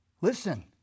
Listen